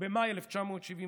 במאי 1977,